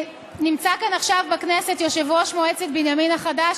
נמצא כאן עכשיו בכנסת יושב-ראש מועצת בנימין החדש,